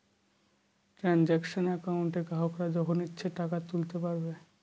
transaction একাউন্টে গ্রাহকরা যখন ইচ্ছে টাকা তুলতে পারবে